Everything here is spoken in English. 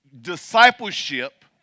discipleship